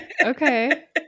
okay